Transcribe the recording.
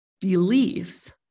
beliefs